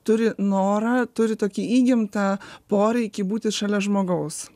turi norą turi tokį įgimtą poreikį būti šalia žmogaus